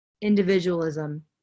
individualism